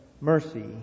mercy